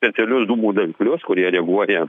specialius dūmų daviklius kurie reaguoja